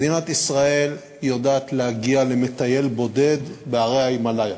מדינת ישראל יודעת להגיע למטייל בודד בהרי ההימלאיה,